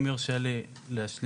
אם יורשה לי להשלים.